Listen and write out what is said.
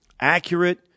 accurate